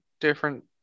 different